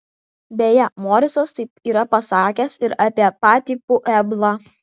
beje morisas taip yra pasakęs ir apie patį pueblą